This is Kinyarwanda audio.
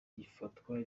gifatwa